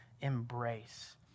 embrace